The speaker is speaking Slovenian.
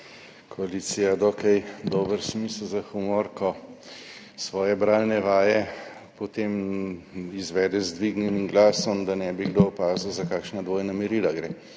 koalicija dokaj dober smisel za humor, ko svoje bralne vaje potem izvede z dvignjenim glasom, da ne bi kdo opazil, za kakšna dvojna merila gre,